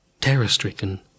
terror-stricken